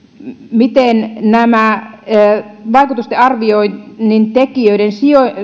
miten nämä vaikutusten arvioinnin tekijöiden